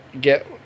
get